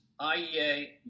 IEA